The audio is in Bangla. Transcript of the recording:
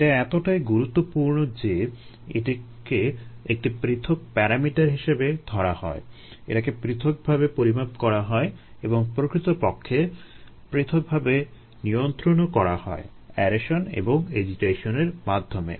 এটা এতোটাই গুরুত্বপূর্ণ যে এটাকে একটি পৃথক প্যারামিটার হিসেবে ধরা হয় এটাকে পৃথকভাবে পরিমাপ করা হয় এবং প্রকৃতপক্ষে পৃথকভাবে নিয়ন্ত্রণও করা হয় অ্যারেশন এবং এজিটেশন এর মাধ্যমে